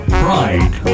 pride